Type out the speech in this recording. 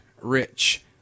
rich